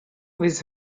his